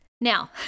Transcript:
Now